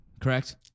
correct